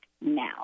now